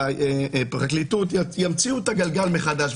והפרקליטות ימציאו את הגלגל מחדש,